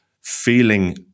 feeling